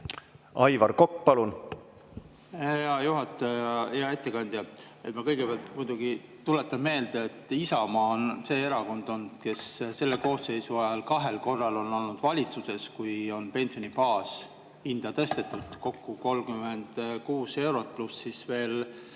Aivar Kokk, palun! Hea juhataja! Hea ettekandja! Ma kõigepealt muidugi tuletan meelde, et Isamaa on see erakond, kes on selle koosseisu ajal kahel korral olnud valitsuses, kui on pensioni baashinda tõstetud kokku 36 eurot, pluss siis veel